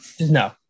no